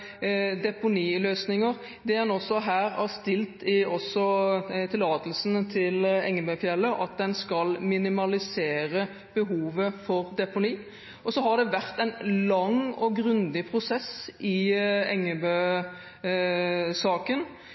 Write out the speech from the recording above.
deponiløsninger. En har også i tillatelsen i Engebøfjell stilt krav om at en skal minimalisere behovet for deponi. Så har det vært en lang og grundig prosess i